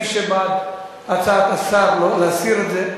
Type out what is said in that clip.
מי שבעד הצעת השר להסיר את זה,